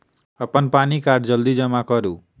अप्पन पानि कार्ड जल्दी जमा करू?